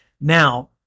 Now